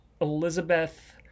Elizabeth